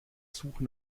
suche